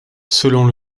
selon